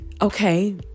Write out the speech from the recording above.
okay